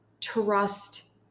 trust